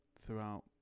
throughout